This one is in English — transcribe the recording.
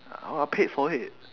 I w~ I paid for it